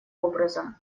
образом